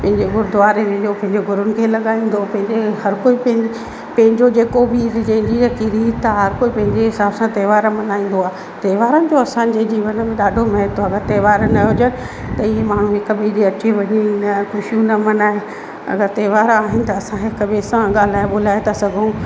पंहिंजे गुरुद्वारे में पंहिंजे गुरुनि खे लॻाईंदो पंहिंजे हर कोई पें पंहिंजो जेको बि जंहिंजी जेकि रीति आहे हर कोई पंहिंजे हिसाब सां त्योहार मल्हाईंदो आहे त्योहारनि जो असांजे जीवन में ॾाढो महत्व आहे अगरि त्योहार न हुजनि त हीअ माण्हू हिक ॿिए ॾिए अचे वञे ई न ख़शिशूं न मल्हाए अगरि त्योहार आहिनि त असां हिक ॿिए सां ॻाल्हाए ॿोलाए था सघूं